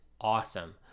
awesome